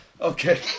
Okay